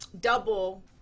double